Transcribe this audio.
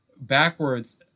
backwards